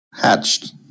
hatched